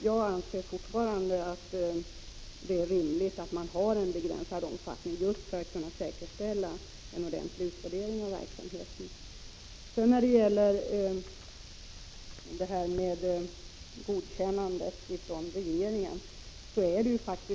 Jag anser fortfarande att det är rimligt att försöksverksamheten har en begränsad omfattning, just för att man skall kunna säkerställa en ordentlig utvärdering. Sedan till frågan om regeringens godkännande av avtal.